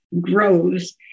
grows